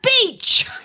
beach